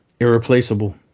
Irreplaceable